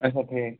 اچھا ٹھیٖک